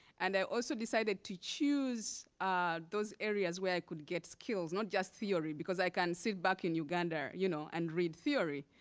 and i also decided to choose those areas where i could get skills, not just theory, because i can sit back in uganda you know and read theory.